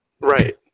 Right